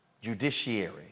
judiciary